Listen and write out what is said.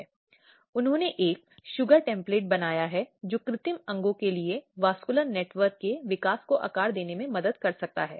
अब एक दिलचस्प सवाल जो अदालत के सामने आया है क्या एक महिला दूसरी महिला के खिलाफ मामला दर्ज कर सकती है